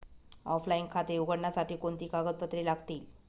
Offline खाते उघडण्यासाठी कोणती कागदपत्रे लागतील?